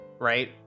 Right